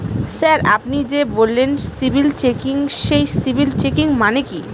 Sir আপনি যে বললেন সিবিল চেকিং সেই সিবিল চেকিং মানে কি?